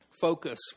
focus